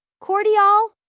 Cordial